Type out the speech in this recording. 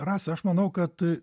rasa aš manau kad